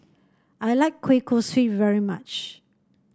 I like Kueh Kosui very much